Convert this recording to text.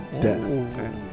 death